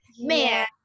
Man